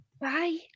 Bye